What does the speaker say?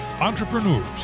entrepreneurs